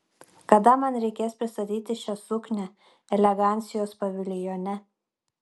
kada man reikės pristatyti šią suknią elegancijos paviljone